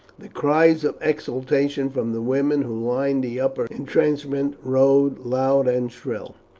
the cries of exultation from the women who lined the upper intrenchment rose loud and shrill.